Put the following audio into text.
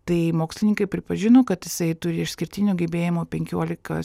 tai mokslininkai pripažino kad jisai turi išskirtinių gebėjimų penkiolika